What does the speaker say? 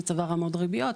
שצבר המון ריביות,